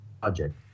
project